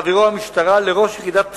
"תעבירו המשטרה לראש יחידת תביעות,